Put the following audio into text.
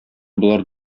болар